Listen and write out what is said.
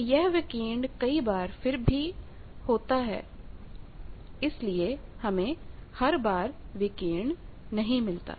पर यह विकिरण कई बार फिर भी होता है इसीलिए हमें हर बार विकिरण नहीं मिलता